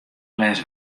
glês